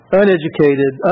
uneducated